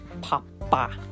papa